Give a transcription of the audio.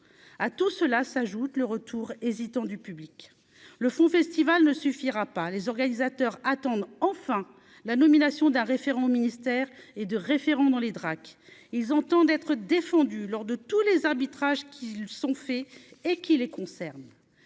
à tout cela s'ajoute le retour hésitant du public, le Fonds festival ne suffira pas, les organisateurs attendent enfin la nomination d'un référent au ministère et de référent dans les Drac, ils entendent être défendue lors de tous les arbitrages qu'ils sont faits et qui les concernent,